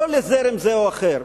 לא לזרם זה או אחר,